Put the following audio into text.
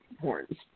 horns